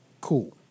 cool